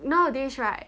nowadays right